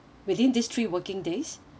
within these three working days